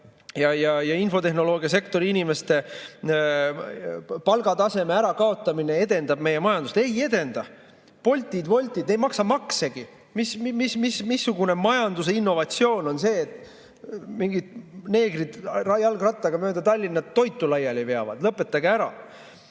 ja infotehnoloogiasektori inimeste palga[nõude] ärakaotamine edendab meie majandust. Ei edenda! Boltid ja Woltid ei maksa maksegi. Missugune majanduse innovatsioon on see, kui mingid neegrid jalgrattaga mööda Tallinna toitu laiali veavad? Lõpetage ära!